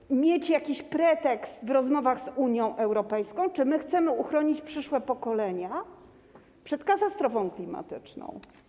My chcemy mieć jakiś pretekst w rozmowach z Unią Europejską czy my chcemy uchronić przyszłe pokolenia przed katastrofą klimatyczną?